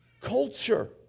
culture